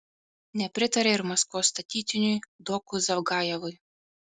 nepritarė ir maskvos statytiniui doku zavgajevui